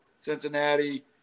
Cincinnati